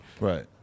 Right